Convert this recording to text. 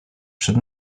przed